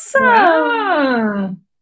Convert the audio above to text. awesome